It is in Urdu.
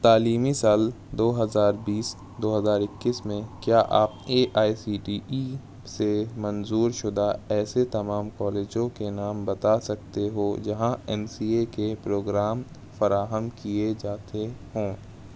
تعلیمی سال دو ہزار بیس دو ہزار اکیس میں کیا آپ A I C T E سے منظورشدہ ایسے تمام کالجوں کے نام بتا سکتے ہو جہاں ایم سی اے کے پروگرام فراہم کیے جاتے ہوں